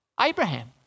Abraham